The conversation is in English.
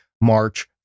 March